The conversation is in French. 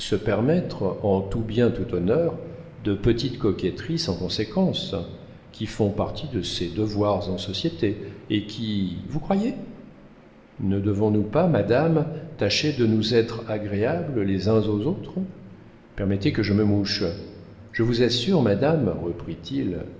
se permettre en tout bien tout honneur de petites coquetteries sans conséquence qui font partie de ses devoirs en société et qui vous croyez ne devons-nous pas madame tâcher de nous être agréables les uns aux autres permettez que je me mouche je vous assure madame reprit-il